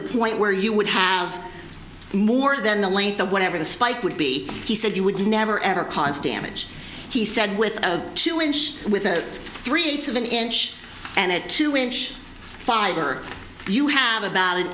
the point where you would have more than the length of whatever the spike would be he said you would never ever cause damage he said with a two inch with a three eighths of an inch and a two inch fiber you have a